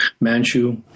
Manchu